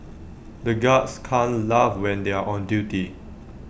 the guards can laugh when they are on duty